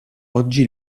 oggi